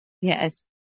Yes